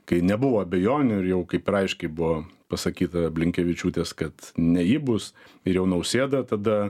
kai nebuvo abejonių ir jau kaip ir aiškiai buvo pasakyta blinkevičiūtės kad ne ji bus ir jau nausėda tada